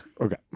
Okay